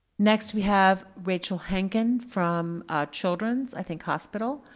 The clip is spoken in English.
next, we have rachel hankin from children's, i think hospital.